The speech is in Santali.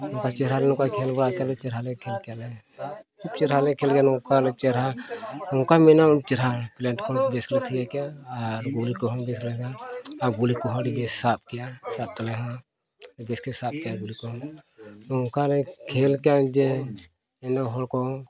ᱱᱚᱝᱠᱟ ᱪᱮᱦᱨᱟ ᱱᱚᱝᱠᱟ ᱠᱷᱮᱞ ᱵᱟᱲᱟ ᱠᱮᱜᱼᱟ ᱞᱮ ᱪᱮᱦᱨᱟ ᱞᱮ ᱠᱷᱮᱞ ᱠᱮᱜᱼᱟ ᱞᱮ ᱠᱷᱩᱵᱽ ᱪᱮᱦᱨᱟ ᱞᱮ ᱠᱷᱮᱞ ᱠᱮᱜᱼᱟ ᱱᱚᱝᱠᱟ ᱪᱮᱦᱨᱟ ᱱᱚᱝᱠᱟ ᱢᱮᱱᱟᱢ ᱪᱮᱦᱨᱟ ᱯᱞᱮᱱᱴᱤ ᱠᱚ ᱵᱮᱥ ᱞᱮ ᱛᱷᱤᱭᱟᱹ ᱠᱮᱜᱼᱟ ᱟᱨ ᱜᱩᱞᱤ ᱠᱚᱦᱚᱸ ᱵᱮᱥ ᱞᱮᱠᱟ ᱟᱨ ᱜᱩᱞᱤ ᱟᱹᱰᱤᱜᱮ ᱥᱟᱵ ᱠᱮᱜᱼᱟ ᱥᱟᱵ ᱛᱟᱞᱮᱭᱤᱡ ᱦᱚᱸ ᱟᱹᱰᱤ ᱵᱮᱥ ᱜᱮ ᱥᱟᱵ ᱠᱮᱜᱼᱟᱭ ᱜᱩᱞᱤ ᱠᱚᱦᱚᱸ ᱱᱚᱝᱠᱟ ᱞᱮ ᱠᱷᱮᱞ ᱠᱮᱜᱼᱟ ᱡᱮ ᱩᱱᱟᱹᱜ ᱦᱚᱲ ᱠᱚ